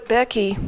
Becky